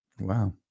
Wow